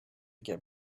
get